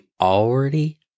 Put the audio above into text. already